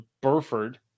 Burford